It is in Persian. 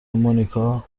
مونیکا